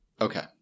Okay